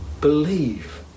believe